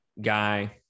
guy